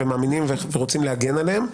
מאמינים ורוצים להגן עליהן,